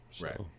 Right